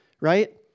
right